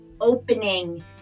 opening